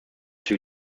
two